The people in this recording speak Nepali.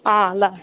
अँ ल